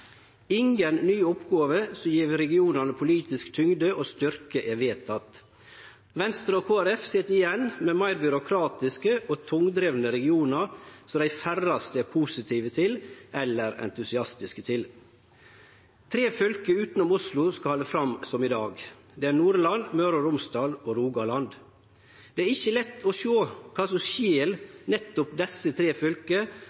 Ingen nye oppgåver som gjev regionane politisk tyngd og styrke er vedtekne. Venstre og Kristeleg Folkeparti sit igjen med meir byråkratiske og tungdrivne regionar, som dei færraste er positive til eller entusiastiske overfor. Tre fylke utanom Oslo skal halde fram som i dag. Det er Nordland, Møre og Romsdal og Rogaland. Det er ikkje lett å sjå kva som